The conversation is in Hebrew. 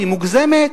היא מוגזמת.